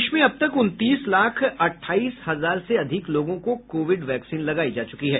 देश में अब तक उनतीस लाख अट्ठाईस हजार से अधिक लोगों को कोविड वैक्सीन लगाई जा चुकी है